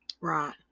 right